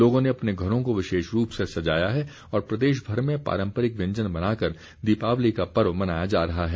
लोगों ने अपने घरों को विशेष रूप से सजाया है और प्रदेशभर में पारंपरिक व्यंजन बनाकर दीपावली का पर्व मनाया जा रहा है